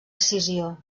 escissió